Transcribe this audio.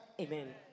Amen